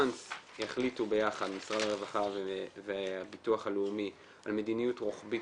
ברגע שיחליטו ביחד משרד הרווחה והביטוח הלאומי על מדיניות רוחבית